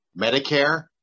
Medicare